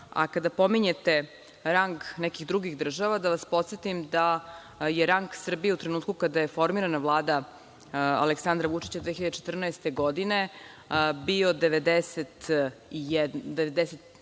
pominjete rang nekih drugih država, da vas podsetim da je rang Srbije u trenutku kada je formirana Vlada Aleksandra Vučića 2014. godine, bili